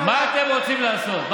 מה אתם רוצים לעשות?